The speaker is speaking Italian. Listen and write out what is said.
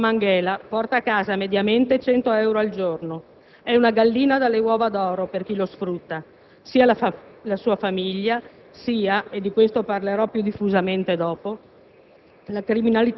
(un bambino che «fa manghela» porta a casa mediamente 100 euro al giorno; è una gallina dalle uova d'oro per chi lo sfrutta, sia la sua famiglia, sia, e di questo parlerò più diffusamente dopo,